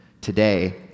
today